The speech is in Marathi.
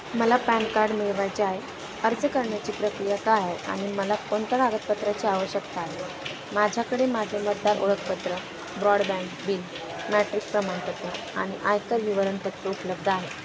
मला पॅन कार्ड मिळवायचं आहे अर्ज करण्याची प्रक्रिया काय आहे आणि मला कोणत्या कागदपत्राची आवश्यकता आहे माझ्याकडे माझं मतदार ओळखपत्र ब्रॉडबँड बिल मॅट्रिक प्रमाणपत्र आणि आयकर विवरणपत्र उपलब्ध आहे